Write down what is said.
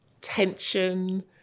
tension